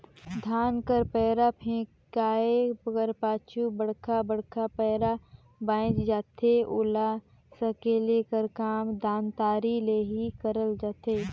धान कर पैरा फेकाए कर पाछू बड़खा बड़खा पैरा बाएच जाथे ओला सकेले कर काम दँतारी ले ही करल जाथे